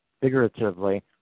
figuratively